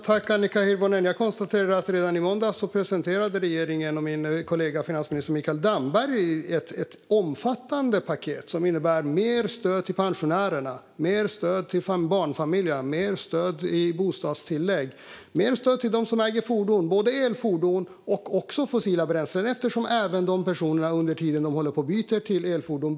Fru talman! Redan i måndags presenterade regeringen och min kollega finansminister Mikael Damberg ett omfattande paket som innebär mer stöd till pensionärerna, mer stöd till barnfamiljerna, mer stöd i form av bostadstillägg och mer stöd till dem som äger fordon. Det gäller både elfordon och fordon som drivs med fossila bränslen, för fordonsägarna ska kunna ha en bättre ekonomi även under tiden de håller på att byta till elfordon.